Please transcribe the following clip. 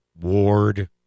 Ward